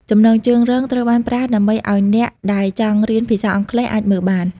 ចំណងជើងរងត្រូវបានប្រើដើម្បីឱ្យអ្នកដែលចង់រៀនភាសាអង់គ្លេសអាចមើលបាន។